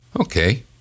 okay